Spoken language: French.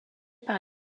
par